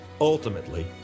Ultimately